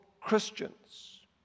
Christians